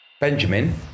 Benjamin